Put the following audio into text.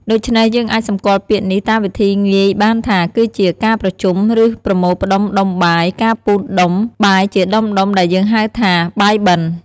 ដូចេ្នះយើងអាចសម្គាល់ពាក្យនេះ តាមវិធីងាយបានថា គឺជា “ការប្រជុំ ឬប្រមូលផ្តុំដុំបាយ” ការពូតដុំ បាយជាដុំៗដែលយើងហៅថា “បាយបិណ្ឌ” ។